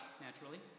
naturally